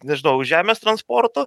nežinau žemės transportu